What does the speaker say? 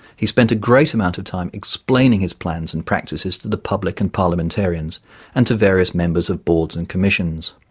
he spent a great amount of time explaining his plans and practices to the public and parliamentarians and to various members of boards and commissions.